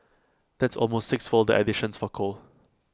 that's almost sixfold the additions for coal